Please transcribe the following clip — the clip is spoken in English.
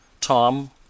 Tom